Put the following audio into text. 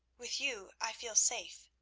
with you i feel safe.